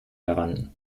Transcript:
heran